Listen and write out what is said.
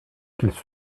qu’ils